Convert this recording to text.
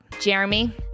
jeremy